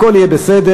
הכול יהיה בסדר.